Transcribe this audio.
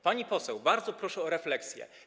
Pani poseł, bardzo proszę o refleksję.